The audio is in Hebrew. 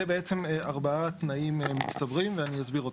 זה בעצם ארבעה תנאים מצטברים ואני אסביר אותם.